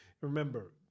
remember